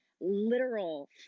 literal